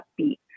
upbeat